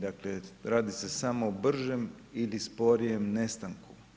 Dakle, radi se samo o bržem ili sporijem nestanku.